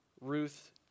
Ruth